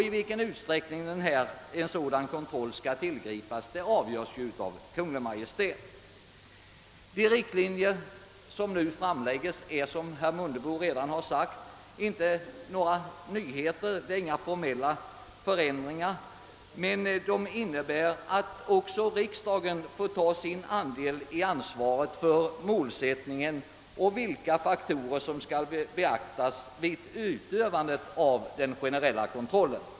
I vilken utsträckning en sådan kontroll skall tillgripas avgörs av Kungl. Maj:t. De riktlinjer som nu framläggs är, som herr Mundebo framhållit, inte några nyheter — inga formella förändringar föreslås — men de innebär att också riksdagen får ta sin del av ansvaret för målsättningen och för vilka faktorer som skall beaktas vid utövandet av den generella kontrollen.